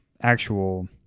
actual